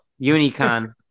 unicon